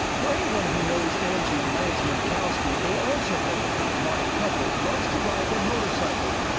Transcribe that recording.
for anyone who knows angie and lance mundkowski, they also know the kind-hearted couple loves to ride their motorcycle.